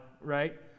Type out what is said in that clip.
right